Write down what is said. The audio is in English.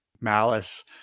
malice